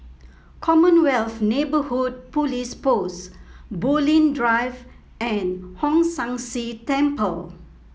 Commonwealth Neighbourhood Police Post Bulim Drive and Hong San See Temple